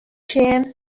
sjen